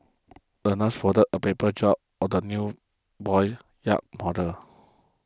the nurse folded a paper job for the new boy's yacht model